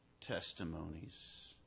testimonies